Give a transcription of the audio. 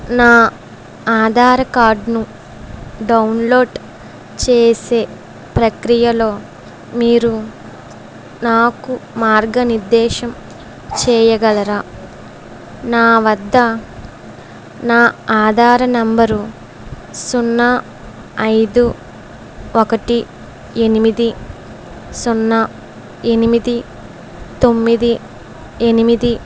నా ఆధార్ కార్డ్ను డౌన్లోడ్ చేసే ప్రక్రియలో మీరు నాకు మార్గనిర్దేశం చేయగలరా నా వద్ధ నా ఆధార్ నెంబరు సున్నా ఐదు ఒకటి ఎనిమిది సున్నా ఎనిమిది తొమ్మిది ఎనిమిది